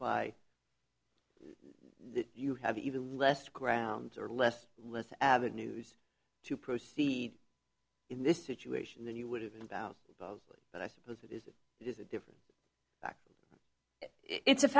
by the you have even less grounds or less less avenues to proceed in this situation than you would have been about above but i suppose it is it is a different it's